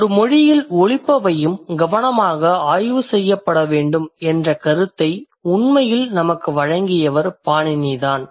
ஒரு மொழியில் ஒலிப்பவையும் கவனமாக ஆய்வு செய்யப்பட வேண்டும் என்ற கருத்தை உண்மையில் நமக்கு வழங்கியவர் பாணினிதான்